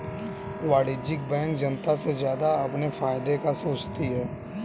वाणिज्यिक बैंक जनता से ज्यादा अपने फायदे का सोचती है